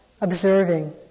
observing